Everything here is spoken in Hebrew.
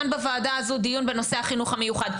אנחנו קיימנו השבוע כאן בוועדה הזו דיון בנושא החינוך המיוחד,